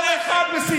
לשלוט אתם לא מסוגלים.